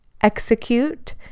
execute